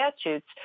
statutes